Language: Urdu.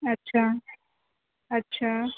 اچھا اچھا